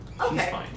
okay